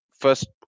first